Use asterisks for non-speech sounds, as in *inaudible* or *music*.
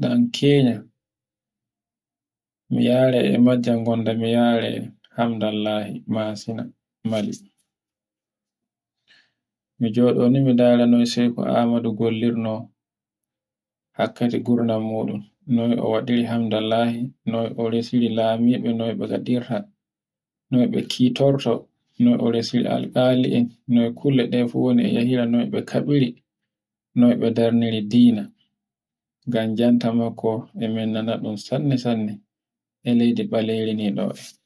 ɗan kenna, mi yara e majjan I yara e hamdanllahi Masina mai. *noise* Mi joɗo ni min ndara shehu Amadu gollirno, hakkadi gullarnon mon, noy un waɗiri hamdallahi, noy o resiri Lamido noy me ngaɗiri, noy o kitorta, noy o resi Alkali'en noy kule ɗe e yehira be kaɓiri, noy be ndarniri dina. ngam jantamako ngam jantamaako e min nanaɗun sanne-sanne e leydi ɓaleri nde. *noise*